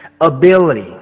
Ability